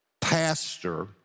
Pastor